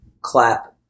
clap